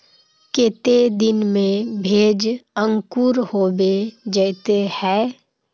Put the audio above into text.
केते दिन में भेज अंकूर होबे जयते है?